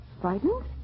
Frightened